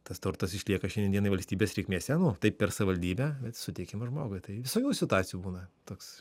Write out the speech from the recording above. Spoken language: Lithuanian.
tas turtas išlieka šiandien dienai valstybės reikmėse nu taip per savaldybę bet suteikimas žmogui tai visokių situacijų būna toks